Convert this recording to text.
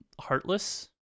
heartless